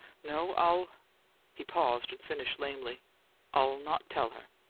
no, i'll he paused, and finished lamely i'll not tell her.